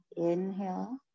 Inhale